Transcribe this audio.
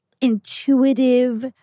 intuitive